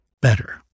better